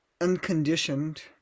unconditioned